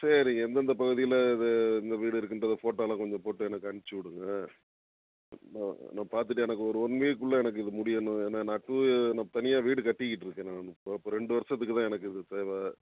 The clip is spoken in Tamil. சரிங்க எந்தெந்த பகுதிகள்ல இது இந்த வீடு இருக்கின்றத ஃபோட்டோலாம் கொஞ்சம் போட்டு எனக்கு அனுப்பிச்சி விடுங்க நான் நான் பார்த்துட்டு எனக்கு ஒரு ஒன் வீக்குள்ள எனக்கு இது முடியணும் ஏன்னா நான் டூ நான் தனியாக வீடு கட்டிக்கிட்டிருக்கேன் நான் இப்போது இப்போ ரெண்டு வருஷத்துக்கு தான் எனக்கு இது தேவை